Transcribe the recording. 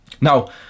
Now